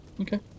Okay